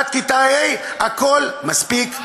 עד כיתה ה' הכול מספיק,